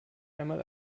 einmal